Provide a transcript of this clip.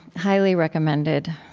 highly recommended